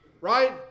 Right